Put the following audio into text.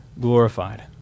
glorified